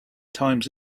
times